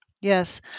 Yes